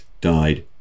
died